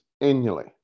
annually